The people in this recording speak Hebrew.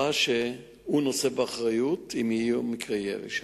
שהוא נושא באחריות אם יהיו מקרי ירי שם.